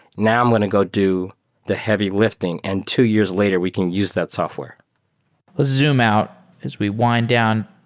now i'm going to go do the heavy lifting, and two years later we can use that software. let's ah zoom out as we wind down.